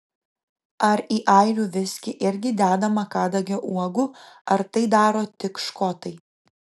ar į airių viskį irgi dedama kadagio uogų ar tai daro tik škotai